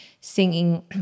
singing